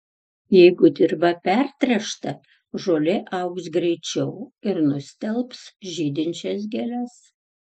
jeigu dirva pertręšta žolė augs greičiau ir nustelbs žydinčias gėles